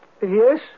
Yes